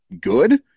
good